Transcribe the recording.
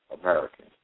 American